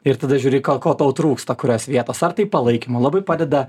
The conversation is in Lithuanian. ir tada žiūri ko ko tau trūksta kurios vietos ar tai palaikymo labai padeda